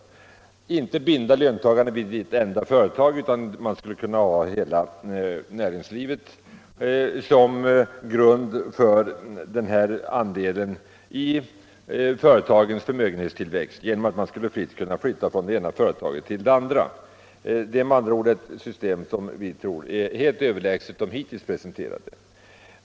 Systemet skulle inte binda löntagarna vid ett enda företag, utan de skulle kunna ha hela näringslivet som grund för sin andel i företagens förmögenhetstillväxt genom att de fritt skulle kunna flytta från det ena företaget till det andra. Det är med andra ord ett system som vi tror är helt överlägset dem som hittills presenterats.